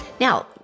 Now